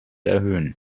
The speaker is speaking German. erhöhen